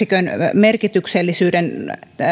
merkityksellisyyden